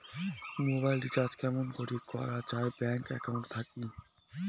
Mobile recharge কেমন করি করা যায় ব্যাংক একাউন্ট থাকি?